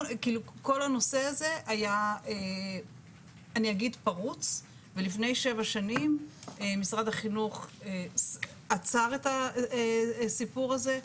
כל הנושא הזה היה פרוץ ולפני שבע שנים משרד החינוך עצר את הסיפור הזה.